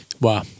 Wow